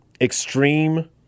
extreme